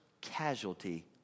casualty